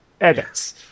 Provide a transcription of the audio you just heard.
edits